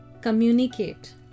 communicate